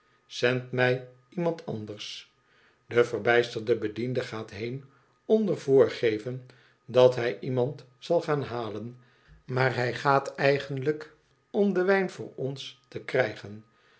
zend mij iemand anders de verbijsterde bediende gaat heen onder voorgeven dat hij iemand zal gaan halen maar hij gaat eigenlijk om den wijn voor ons te krijgen